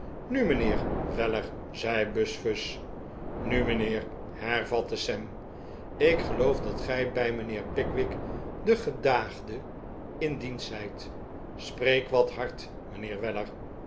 nu mijnheer weller zei buzfuz nu mijnheer hervatte sam ik geloof dat gij bij mijnheer pickwick den gedaagde in dienst zijt spreek wat hard mijnheer weller